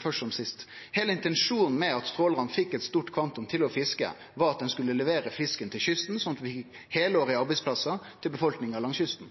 først som sist: Heile intensjonen med at trålarane fekk eit stort kvantum å fiske, var at dei skulle levere fisken til kysten, sånn at vi fekk heilårlege arbeidsplassar til befolkninga langs kysten.